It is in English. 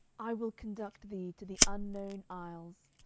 i will conduct thee to the unknown isles.